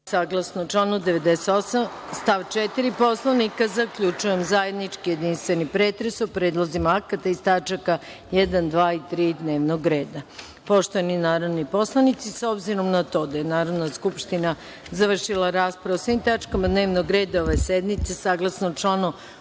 članu 98. stav 4. Poslovnika, zaključujem zajednički jedinstveni pretres o predlozima akata iz tač. 1), 2) i 3) dnevnog reda. Poštovani narodni poslanici, s obzirom na to da je Narodna skupština završila raspravu o svim tačkama dnevnog reda ove sednice, saglasno članu